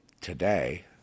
today